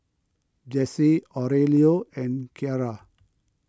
Jessy Aurelio and Keara